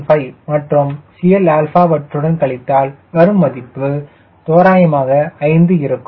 15 மற்றும் CL வற்றுடன் கழித்தால் வரும் மதிப்பு தோராயமாக 5 இருக்கும்